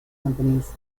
companies